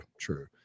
true